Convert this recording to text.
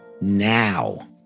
now